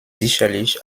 sicherlich